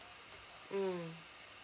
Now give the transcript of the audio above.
mm